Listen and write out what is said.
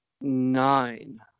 nine